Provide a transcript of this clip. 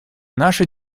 наша